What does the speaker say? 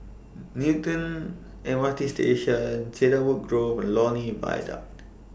Newton M R T Station Cedarwood Grove Lornie Viaduct